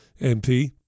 MP